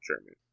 German